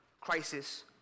crisis